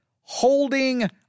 holding